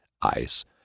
ice